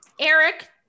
Eric